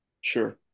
Sure